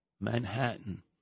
Manhattan